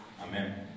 Amen